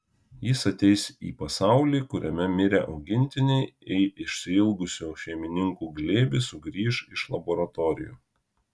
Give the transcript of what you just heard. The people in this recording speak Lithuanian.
jis ateis į pasaulį kuriame mirę augintiniai į išsiilgusių šeimininkų glėbį sugrįš iš laboratorijų